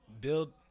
build